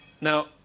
Now